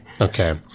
Okay